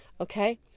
Okay